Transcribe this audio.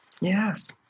Yes